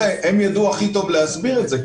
הם ידעו הכי טוב להסביר את זה,